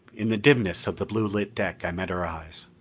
in the dimness of the blue lit deck i met her eyes.